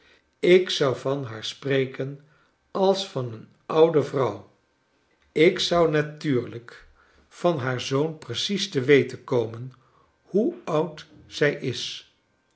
ik zou van haar spreken als van een oude vrouw ik zou natuurlijk kleine doemt van haar zoon precies te weten komen hoe oud zij is